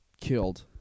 killed